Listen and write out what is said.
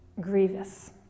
grievous